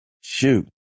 Shoot